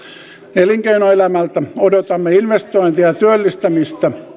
elinkeinoelämältä odotamme investointeja ja työllistämistä